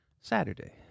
saturday